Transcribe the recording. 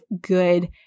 good